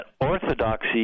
orthodoxy